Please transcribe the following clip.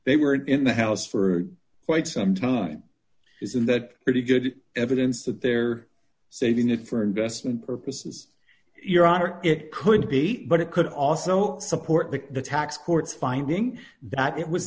they were in the house for quite some time isn't that pretty good evidence that they're saving it for investment purposes your honor it could be but it could also support the tax court's finding that it was